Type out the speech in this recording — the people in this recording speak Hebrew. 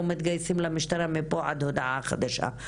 מתגייסים למשטרה מפה ועד להודעה חדשה,